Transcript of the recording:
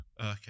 Okay